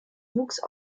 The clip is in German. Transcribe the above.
wuchs